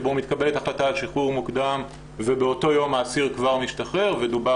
בו מתקבלת החלטה על שחרור ובאותו יום העציר כבר משתחרר ודובר